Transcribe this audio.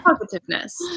Positiveness